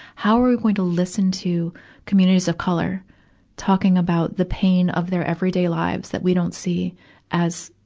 how are we going to listen to communities of color talking about the pain of their everyday lives that we don't see as,